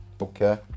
Okay